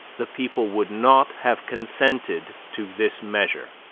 the people would not have consented to this measure.